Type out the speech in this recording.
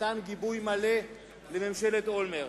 נתן גיבוי מלא לממשלת אולמרט.